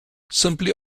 simply